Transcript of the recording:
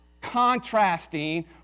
contrasting